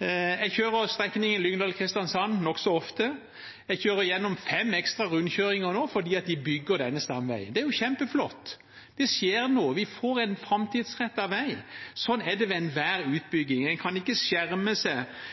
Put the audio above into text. Jeg kjører strekningen Lyngdal–Kristiansand nokså ofte. Jeg kjører gjennom fem ekstra rundkjøringer nå fordi de bygger denne stamveien. Det er kjempeflott. Det skjer noe. Vi får en framtidsrettet vei. Sånn er det ved enhver utbygging. En kan ikke skjerme seg